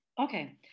Okay